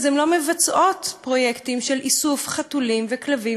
אז הן לא מבצעות פרויקטים של איסוף חתולים וכלבים,